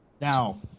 Now